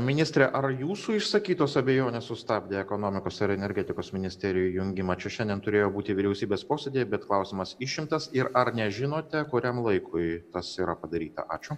ministre ar jūsų išsakytos abejonės sustabdė ekonomikos ir energetikos ministerijų jungimą čia šiandien turėjo būti vyriausybės posėdyje bet klausimas išimtas ir ar nežinote kuriam laikui tas yra padaryta ačiū